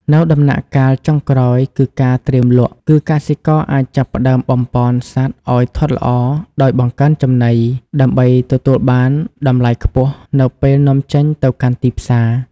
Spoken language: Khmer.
នៅដំណាក់កាលចុងក្រោយគឺការត្រៀមលក់ គឺកសិករអាចចាប់ផ្តើមបំប៉នសត្វឲ្យធាត់ល្អដោយបង្កើនចំណី ដើម្បីទទួលបានតម្លៃខ្ពស់នៅពេលនាំចេញទៅកាន់ទីផ្សារ។